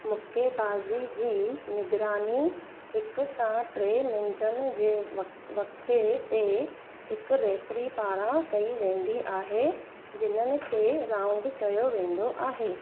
मुक्केबाज़ी जी निगरानी हिकु सां टे मिनटन जे व वक़्फ़े ते हिकु रेफ़री पारां कई वेंदी आहे जिन्हनि खे राउँड चयो वेंदो आहे